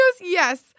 yes